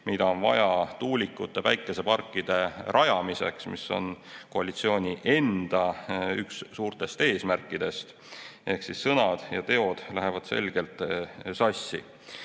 seda on vaja tuulikute ja päikeseparkide rajamiseks, mis on üks koalitsiooni enda suurtest eesmärkidest. Ehk siis sõnad ja teod lähevad selgelt